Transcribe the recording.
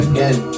Again